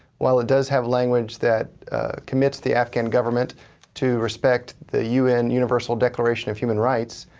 while it does have language that commits the afghan government to respect the u n. universal declaration of human rights,